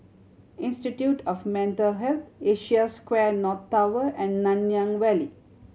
Institute of Mental Health Asia Square North Tower and Nanyang Valley